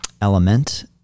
element